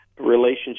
relationship